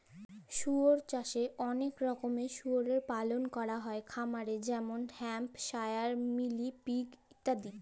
শুয়র চাষে অলেক রকমের শুয়রের পালল ক্যরা হ্যয় খামারে যেমল হ্যাম্পশায়ার, মিলি পিগ ইত্যাদি